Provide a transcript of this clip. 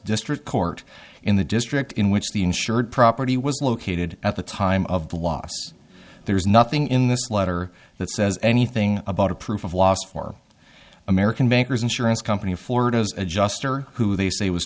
district court in the district in which the insured property was located at the time of the loss there is nothing in this letter that says anything about a proof of loss for american bankers insurance company of florida's adjuster who they say was